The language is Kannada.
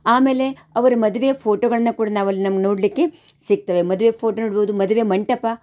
ಆಮೇಲೆ ಅವರ ಮದುವೆ ಫೋಟೋಗಳನ್ನ ಕೂಡ ನಾವಲ್ಲಿ ನಮ್ಗೆ ನೋಡಲಿಕ್ಕೆ ಸಿಕ್ತವೆ ಮದುವೆ ಫೋಟೋ ನೋಡಬಹುದು ಮದುವೆ ಮಂಟಪ